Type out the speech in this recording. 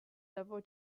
several